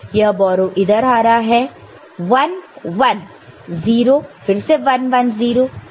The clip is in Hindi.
यह बोरो इधर आ रहा है 1 1 0 फिर से 1 10